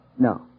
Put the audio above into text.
No